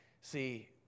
see